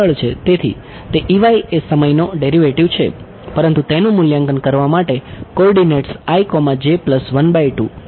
તેથી તે એ સમયનો ડેરિવેટિવ છે પરંતુ તેનું મૂલ્યાંકન કરવા માટે કોઓર્ડિનેટ્સ ક્યાં છે તે ચકાસવું